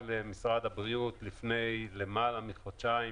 למשרד הבריאות לפני יותר מחודשיים,